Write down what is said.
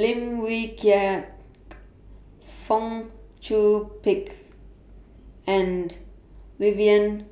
Lim Wee Kiak Fong Chong Pik and Vivian